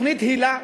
תוכנית היל"ה,